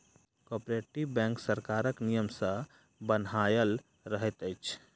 cooperative bank सरकारक नियम सॅ बन्हायल रहैत अछि